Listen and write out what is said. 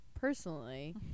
personally